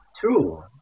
True